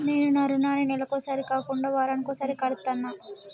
నేను నా రుణాన్ని నెలకొకసారి కాకుండా వారానికోసారి కడ్తన్నా